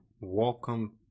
welcome